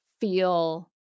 feel